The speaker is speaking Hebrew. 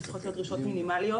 שצריכות להיות דרישות מינימליות.